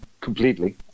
completely